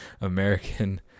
American